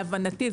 להבנתי,